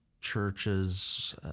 churches—